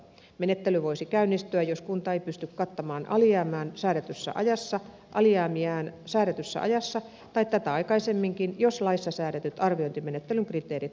menettely voisi käynnistyä jos kunta ei pysty kattamaan alijäämiään säädetyssä ajassa tai tätä aikaisemminkin jos laissa säädetyt arviointimenettelyn kriteerit täyttyisivät